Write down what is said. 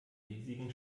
riesigen